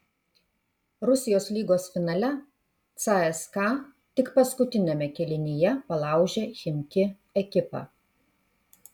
rusijos lygos finale cska tik paskutiniame kėlinyje palaužė chimki ekipą